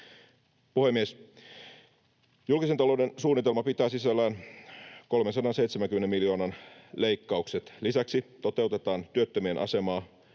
Puhemies! Julkisen talouden suunnitelma pitää sisällään 370 miljoonan leikkaukset. Lisäksi toteutetaan työttömien asemaa